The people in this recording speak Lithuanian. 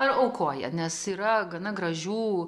ar aukoja nes yra gana gražių